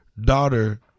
daughter